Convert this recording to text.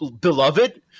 beloved